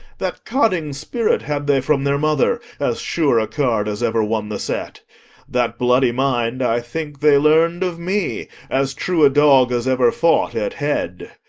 that codding spirit had they from their mother, as sure a card as ever won the set that bloody mind, i think, they learn'd of me, as true a dog as ever fought at head.